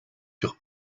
sur